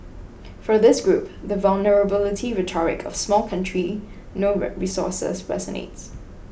for this group the vulnerability rhetoric of small country no resources resonates